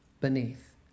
beneath